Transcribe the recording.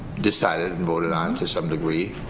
decided and voted on to some degree,